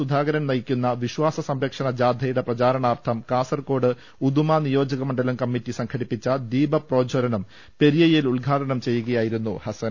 സുധാകരൻ നയിക്കുന്ന വിശ്വാസ സംരക്ഷണ ജാഥയുടെ പ്രചാരണാർഥം കാസർകോട് ഉദുമ നിയോജക മണ്ഡലം കമ്മിറ്റി സംഘടിപ്പിച്ച ദീപപ്രോജ്ജ്വലനം പെരിയയിൽ ഉദ്ഘാടനം ചെയ്യുകയായിരുന്നു ഹസ്സൻ